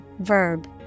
verb